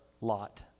lot